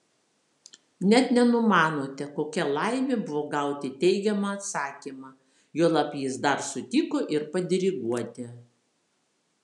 net nenumanote kokia laimė buvo gauti teigiamą atsakymą juolab jis dar sutiko ir padiriguoti